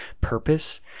purpose